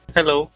Hello